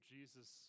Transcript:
Jesus